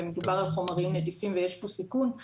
ומדובר על חומרים נדיפים ויש פה סיכון,